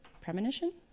premonition